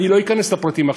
אני לא אכנס לפרטים עכשיו.